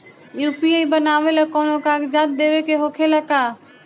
UPI बनावेला कौनो कागजात देवे के होखेला का?